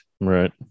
Right